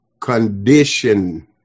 condition